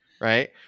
right